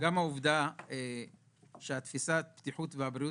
העובדה שתפיסת הבריאות והבטיחות